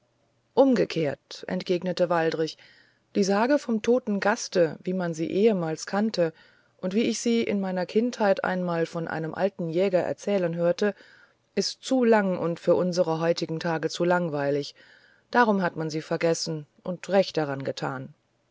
umgekehrt entgegnete waldrich die sage vom toten gaste wie man sie ehemals kannte und wie ich sie in meiner kindheit einmal von einem alten jäger erzählen hörte ist zu lang und für unsere heutigen tage zu langweilig darum hat man sie vergessen und recht daran getan